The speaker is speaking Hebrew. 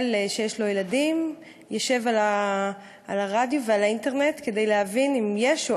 שיש לו ילדים ישב על הרדיו ועל האינטרנט כדי להבין אם יש שביתה